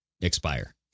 expire